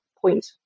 point